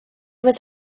was